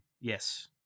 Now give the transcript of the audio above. yes